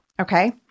Okay